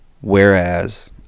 whereas